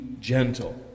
gentle